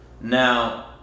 Now